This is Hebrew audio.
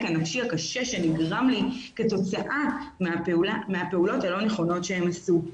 הנפשי הקשה שנגרם לי כתוצאה מהפעולות הלא נכונות שהם עשו.